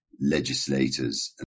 legislators